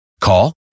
Call